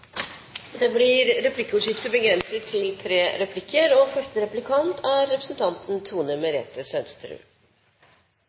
Det blir replikkordskifte. Første replikant er representanten